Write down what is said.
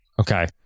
Okay